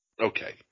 Okay